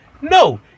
no